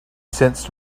sensed